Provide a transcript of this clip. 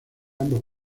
ambos